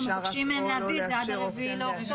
אנחנו מבקשים מהם להביא את זה עד ה-4 באוקטובר.